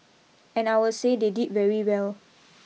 and I will say they did very well